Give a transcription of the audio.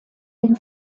den